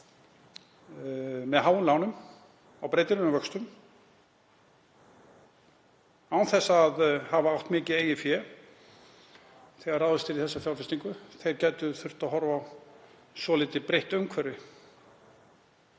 með háum lánum á breytilegum vöxtum án þess að hafa átt mikið eigið fé þegar ráðist var í þá fjárfestingu gætu þurft að horfa á svolítið breytt umhverfi.